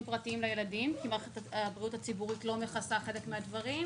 פרטיים לילדים כי מערכת הבריאות הציבורית לא מכסה חלק מהדברים,